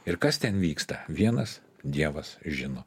ir kas ten vyksta vienas dievas žino